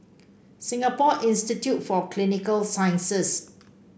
Singapore Institute for Clinical Sciences